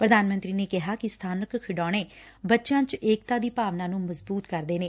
ਪੁਧਾਨ ਮੰਤਰੀ ਨੇ ਕਿਹਾ ਕਿ ਸਬਾਨਕ ਖਿਡੌਣੇ ਬੱਚਿਆਂ ਚ ਏਕਤਾ ਦੀ ਭਾਵਨਾ ਨੰ ਮਜ਼ਬੁਤ ਕਰਦੇ ਨੇ